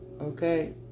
okay